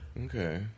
Okay